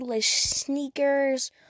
sneakers